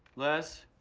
les?